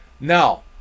Now